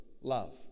love